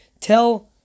Tell